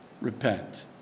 repent